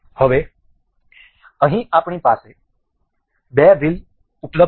હવે અહીં આપણી પાસે બે વ્હીલ ઉપલબ્ધ છે